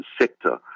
sector